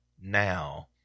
now